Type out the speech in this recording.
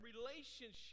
relationship